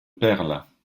perles